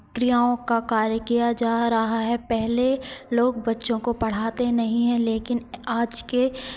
क्रियाओं का कार्य किया जा रहा है पहले लोग बच्चों को पढ़ाते नहीं हैं लेकिन आज के